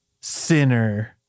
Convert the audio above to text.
Sinner